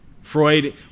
Freud